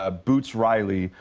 ah boots riley,